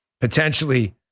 potentially